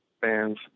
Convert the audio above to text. fans